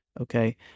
okay